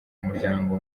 umuryango